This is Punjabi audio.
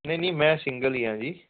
ਨਹੀਂ ਨਹੀਂ ਮੈਂ ਸਿੰਗਲ ਹੀ ਆਂ ਜੀ